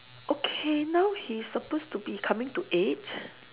okay now he's supposed to be coming to eight